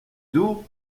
d’eau